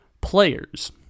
players